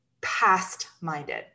past-minded